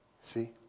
See